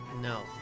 no